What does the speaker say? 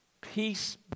Peace